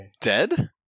Dead